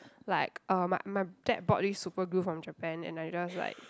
like uh my my dad bought this superglue from Japan and I just like